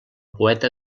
poeta